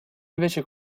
invece